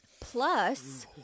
Plus